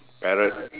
parrot